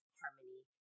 harmony